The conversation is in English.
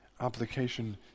application